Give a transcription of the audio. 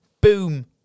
boom